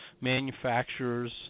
Manufacturers